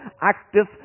active